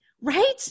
right